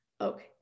Okay